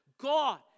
God